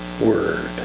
word